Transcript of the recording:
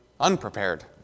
Unprepared